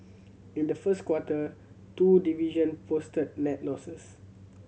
in the first quarter two division posted net losses